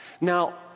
Now